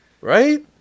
Right